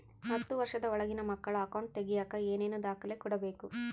ಹತ್ತುವಷ೯ದ ಒಳಗಿನ ಮಕ್ಕಳ ಅಕೌಂಟ್ ತಗಿಯಾಕ ಏನೇನು ದಾಖಲೆ ಕೊಡಬೇಕು?